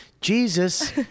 Jesus